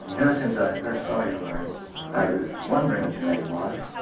know since i first saw you i i was wondering which name was.